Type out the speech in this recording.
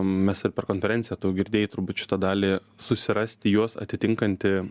mes ir per konferenciją tu girdėjai turbūt šitą dalį susirasti juos atitinkantį